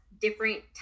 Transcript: different